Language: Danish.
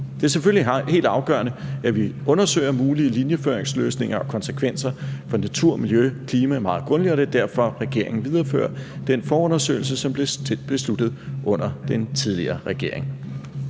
Det er selvfølgelig helt afgørende, at vi undersøger mulige linjeføringsløsninger og konsekvenser for natur, miljø og klima meget grundigt, og det er derfor, at regeringen viderefører den forundersøgelse, som blev besluttet under den tidligere regering.